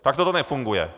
Takto to nefunguje.